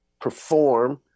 perform